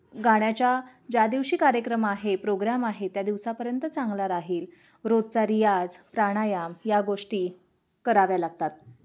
गाण्याच्या ज्या दिवशी कार्यक्रम आहे प्रोग्राम आहे त्या दिवसापर्यंत चांगला राहील रोजचा रियाज प्राणायाम या गोष्टी कराव्या लागतात